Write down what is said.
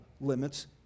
limits